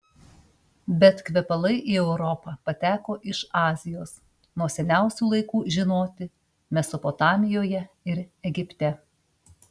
bet kvepalai į europą pateko iš azijos nuo seniausių laikų žinoti mesopotamijoje ir egipte